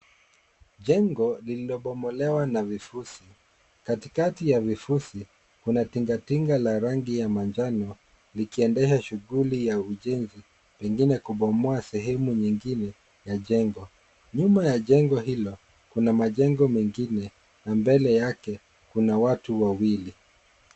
Jengo lililobomolewa na vifusi. Katikati ya vifusi kuna tinga tinga la rangi ya manjano likiendesha shughuli ya ujenzi ingine kubomoa sehemu nyingine ya jengo. Nyuma ya jengo hilo kuna majengo mengine na mbele yake kuna watu wawili.